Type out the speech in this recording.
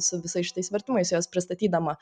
su visais šitais vertimais juos pristatydama